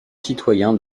citoyens